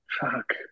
Fuck